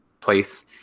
place